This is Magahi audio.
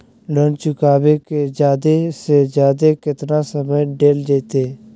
लोन चुकाबे के जादे से जादे केतना समय डेल जयते?